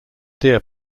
deer